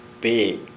big